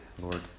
Lord